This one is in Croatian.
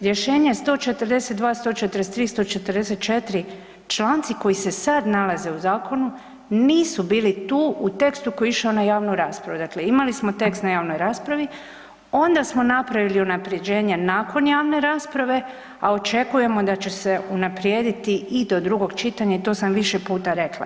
Rješenje 142, 143, 144, članci koji se sad nalaze u zakonu nisu bili tu u tekstu koji je išao na javnu raspravu, dakle imali smo tekst na javnoj raspravi, onda smo napravili unaprjeđenje nakon javne rasprave, a očekujemo da će se unaprijediti i do drugog čitanja i to sam više puta rekla.